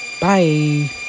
bye